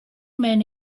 men